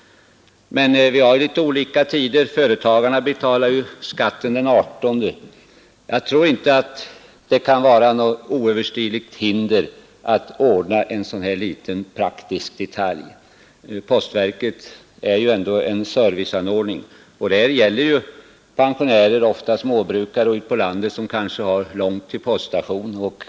Men vi har ju litet olika tider; företagarna betalar skatten den 18. Jag tror inte att det kan vara något oöverstigligt hinder mot att man ordnar en sådan här liten praktisk detalj. Postverket är ju ändå en serviceinrättning, och det här gäller pensionärer — ofta småbrukare ute på landet som kanske har långt till poststationen.